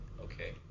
Okay